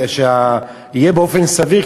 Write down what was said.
ושיהיה באופן סביר.